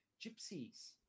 Gypsies